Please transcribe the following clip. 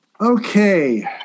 Okay